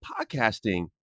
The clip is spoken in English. podcasting